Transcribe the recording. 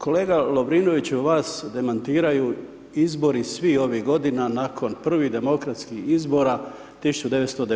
Kolega Lovrinoviću vas demantiraju izbori svih ovih godina nakon prvih demokratskih izbora 1990.